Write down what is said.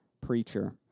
preacher